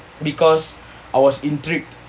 because I was intrigued